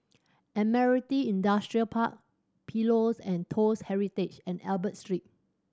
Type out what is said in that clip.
Admiralty Industrial Park Pillows and Toast Heritage and Albert Street